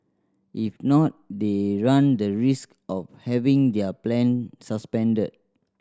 if not they run the risk of having their plan suspended